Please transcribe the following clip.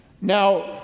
Now